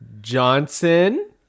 Johnson